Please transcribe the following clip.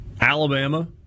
Alabama